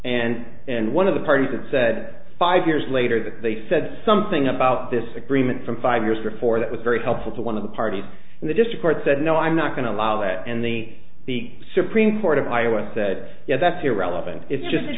and and one of the parties that said five years later that they said something about this agreement from five years before that was very helpful to one of the parties and the discord said no i'm not going to allow that and the the supreme court of iowa said yeah that's irrelevant it's just t